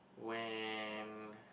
when